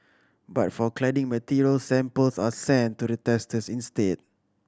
but for cladding materials samples are sent to the testers instead